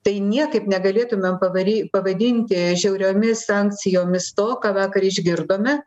tai niekaip negalėtumėm pavary pavadinti žiauriomis sankcijomis to ką vakar išgirdome